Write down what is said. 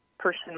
person